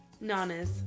Nanas